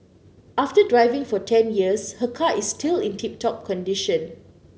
after driving for ten years her car is still in tip top condition